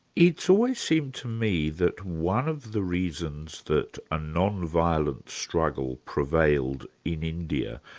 it's always seemed to me that one of the reasons that a non-violent struggle prevailed in india,